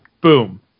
Boom